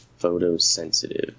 photosensitive